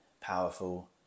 powerful